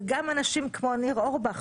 וגם אנשים כמו ניר אורבך,